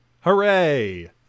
Hooray